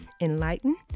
enlighten